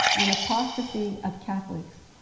an apostasy of catholics.